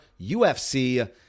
UFC